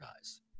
guys